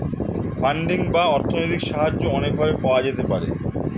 funding বা অর্থনৈতিক সাহায্য অনেক ভাবে পাওয়া যেতে পারে